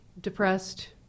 Depressed